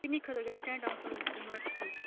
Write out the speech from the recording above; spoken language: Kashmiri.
تٔمی خٲطرٕ گَژھِ ٹٮ۪نٛٹ آسُن واٹر پرٛوٗف